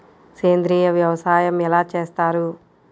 సేంద్రీయ వ్యవసాయం ఎలా చేస్తారు?